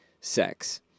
sex